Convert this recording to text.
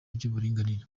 ry’uburinganire